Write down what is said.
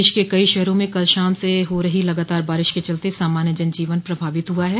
प्रदेश के कई शहरों में कल शाम से हो रही लगातार बारिश के चलते सामान्य जन जीवन प्रभावित हुआ है